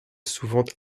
souvent